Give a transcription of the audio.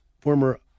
former